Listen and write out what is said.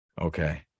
okay